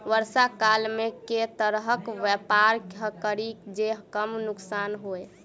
वर्षा काल मे केँ तरहक व्यापार करि जे कम नुकसान होइ?